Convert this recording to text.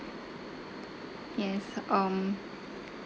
yes um